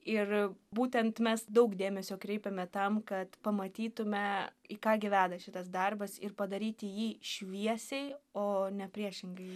ir būtent mes daug dėmesio kreipėme tam kad pamatytume į ką gi veda šitas darbas ir padaryti jį šviesiai o ne priešingai